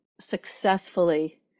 successfully